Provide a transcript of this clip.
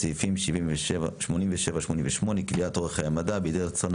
רק סעיפים 88-87 (קביעת אורך חיי מדף בידי